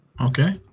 Okay